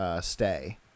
stay